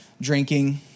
drinking